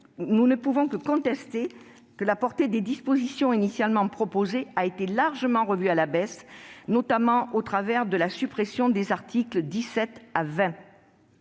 nous ne pouvons que constater que la portée des dispositions initialement proposées a été largement revue à la baisse, notamment au travers la suppression des articles 17 à 20.